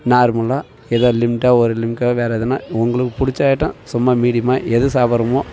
நார்மலாக ஏதோ லிமிட்டாக ஒரு லிமிட்டாக வேறே எதுனா உங்களுக்கு பிடிச்ச ஐட்டம் சும்மா மீடியமாக எது சாப்பிட்றோமோ